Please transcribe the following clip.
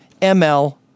ML